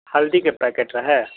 हल्दी के पैकेट रहै